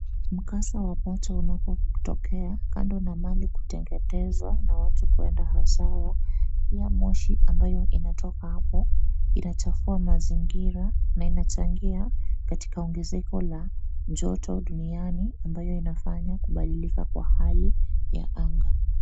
Mkasa wa moto unapotokea, kando na mali kuteketezwa na watu kwenda hasara, pia moshi ambayo inatoka hapo, inachafua mazingira na inachangia katika ongezeko la joto duniani, ambayo inafanya kubadilika kwa hali ya anga.